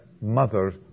mother